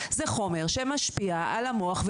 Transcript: זה חומר שמשפיע על המוח,